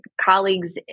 colleagues